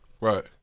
right